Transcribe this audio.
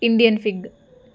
Indian fig